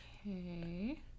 Okay